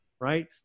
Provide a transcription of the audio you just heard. right